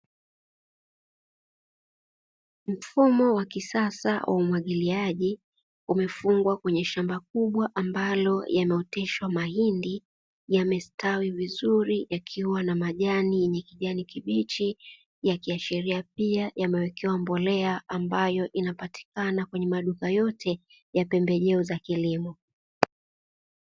Mfumo wa kisasa wa umwagiliaji umefungwa kwenye shamba kubwa ambalo yameoteshwa mahindi yamestawi vizuri yakiwa na majani yenye kijani kibichi, yakiashiria pia yamewekewa mbolea ambayo inapatikana kwenye maduka yote ya pembejeo za kilimo.